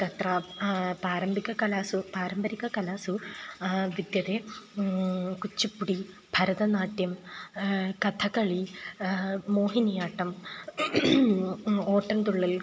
तत्र पारम्परिककलासु पारम्परिकककलासु विद्यते कुच्चुप्पुडि भरतनाट्यं कथकळि मोहिनी आट्टं ओटन्तुळ्ळल्